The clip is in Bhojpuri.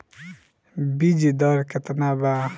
बीज दर केतना बा?